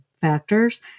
factors